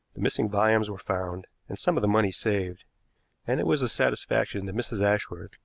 the missing volumes were found, and some of the money saved and it was a satisfaction that mrs. ashworth,